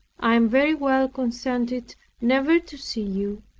i am very well contented never to see you,